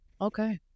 Okay